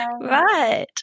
Right